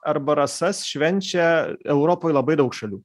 arba rasas švenčia europoj labai daug šalių